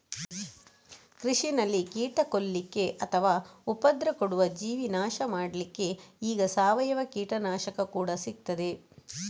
ಕೃಷಿನಲ್ಲಿ ಕೀಟ ಕೊಲ್ಲಿಕ್ಕೆ ಅಥವಾ ಉಪದ್ರ ಕೊಡುವ ಜೀವಿ ನಾಶ ಮಾಡ್ಲಿಕ್ಕೆ ಈಗ ಸಾವಯವ ಕೀಟನಾಶಕ ಕೂಡಾ ಸಿಗ್ತದೆ